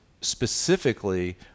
specifically